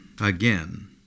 Again